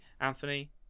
Anthony